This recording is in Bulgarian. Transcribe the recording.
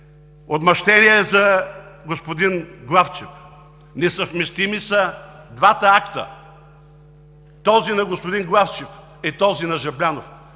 Отмъщение за господин Главчев. Несъвместими са двата акта – този на господин Главчев и този на Жаблянов!